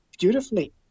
beautifully